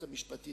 תן לי לבדוק.